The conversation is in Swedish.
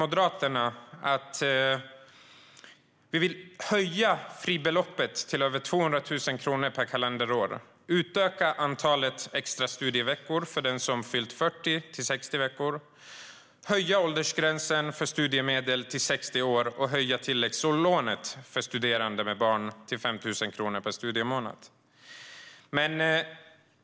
Moderaterna säger: "Vi vill höja fribeloppet till över 200 000 kronor per kalenderår, utöka antalet extra studieveckor för den som fyllt 40 år till 60 veckor, höja åldersgränsen för studiemedel till 60 år och höja tilläggslånet för studerande med barn till 5 000 kronor per studiemånad."